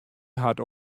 hat